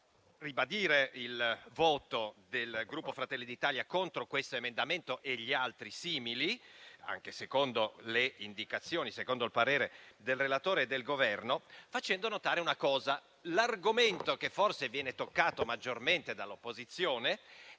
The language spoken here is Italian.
ribadire il voto del Gruppo Fratelli d'Italia contro questo emendamento e gli altri simili, anche secondo il parere del relatore e del Governo, facendo una notazione. L'argomento che forse viene toccato maggiormente dall'opposizione